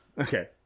Okay